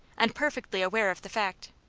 and perfectly aware of the fact.